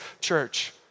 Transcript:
Church